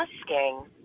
asking